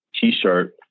t-shirt